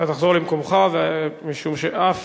תחזור למקומך, ומשום שאף